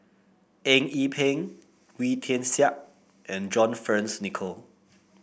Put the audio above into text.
Eng Yee Peng Wee Tian Siak and John Fearns Nicoll